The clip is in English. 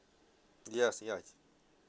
yes yes